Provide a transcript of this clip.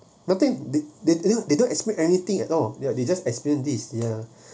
nothing did did they don't ask me anything at all ya they just experience this yeah